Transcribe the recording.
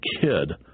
kid